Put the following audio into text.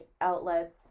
outlet